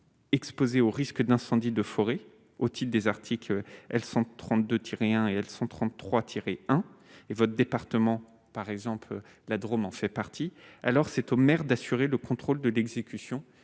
exposés aux risques d'incendie de forêt hostile des articles L 132 et elles sont 33 tiré hein et votre département, par exemple, la Drôme en fait partie alors c'est aux maires d'assurer le contrôle de l'exécution